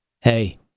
hey